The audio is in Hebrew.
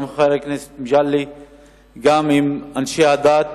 גם עם חבר הכנסת מגלי וגם עם אנשי הדת,